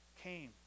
came